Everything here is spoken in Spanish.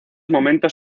momentos